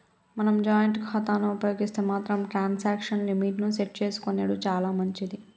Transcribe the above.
మనం జాయింట్ ఖాతాను ఉపయోగిస్తే మాత్రం ట్రాన్సాక్షన్ లిమిట్ ని సెట్ చేసుకునెడు చాలా మంచిది